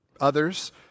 others